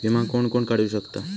विमा कोण कोण काढू शकता?